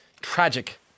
tragic